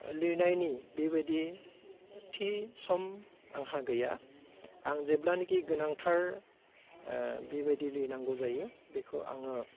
लिरनायनि बिबायदि थि सम आंहा गैया आं जेब्लानाखि गोनांथार बिबायदि लिरनांगौ जायो बिखौ आङो